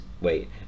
wait